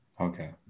okay